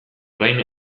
orain